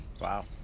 Wow